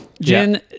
Jen